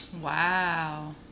wow